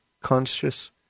Conscious